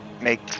make